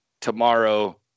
tomorrow